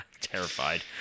terrified